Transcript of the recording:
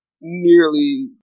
nearly